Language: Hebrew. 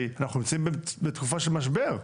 אנחנו נמצאים בתקופה של משבר,